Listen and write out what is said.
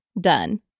done